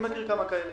אני מכיר כמה כאלה.